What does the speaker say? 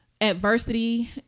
adversity